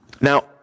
Now